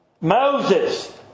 Moses